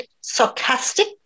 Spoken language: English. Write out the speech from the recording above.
sarcastic